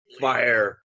fire